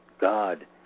God